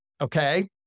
okay